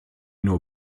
nur